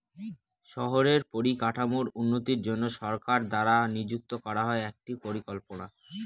শহরের পরিকাঠামোর উন্নতির জন্য সরকার দ্বারা নিযুক্ত করা হয় একটি পরিকল্পনা